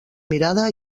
mirada